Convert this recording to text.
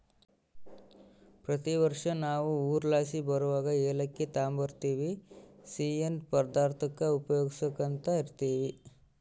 ಪ್ರತಿ ವರ್ಷ ನಾವು ಊರ್ಲಾಸಿ ಬರುವಗ ಏಲಕ್ಕಿ ತಾಂಬರ್ತಿವಿ, ಸಿಯ್ಯನ್ ಪದಾರ್ತುಕ್ಕ ಉಪಯೋಗ್ಸ್ಯಂತ ಇರ್ತೀವಿ